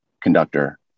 conductor